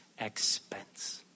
expense